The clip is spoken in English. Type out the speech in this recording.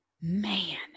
man